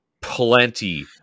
plenty